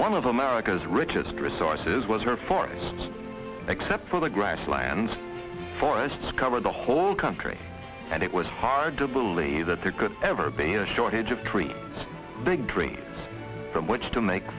one of america's richest resources was her forests except for the grasslands forests covered the whole country and it was hard to believe that there could ever be a shortage of trees big tree from which to make